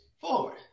forward